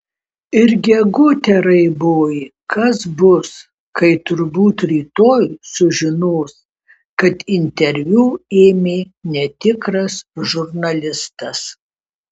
ir gegute raiboji kas bus kai turbūt rytoj sužinos kad interviu ėmė netikras žurnalistas